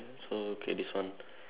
so okay this one